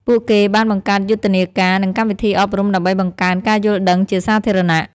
ពួកគេបានបង្កើតយុទ្ធនាការ និងកម្មវិធីអប់រំដើម្បីបង្កើនការយល់ដឹងជាសាធារណៈ។